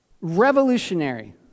revolutionary